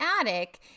attic